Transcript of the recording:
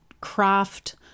craft